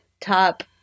top